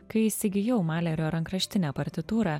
kai įsigijau malerio rankraštinę partitūrą